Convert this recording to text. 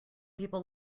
people